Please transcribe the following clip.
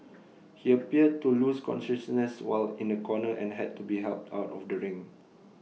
he appeared to lose consciousness while in A corner and had to be helped out of the ring